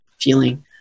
feeling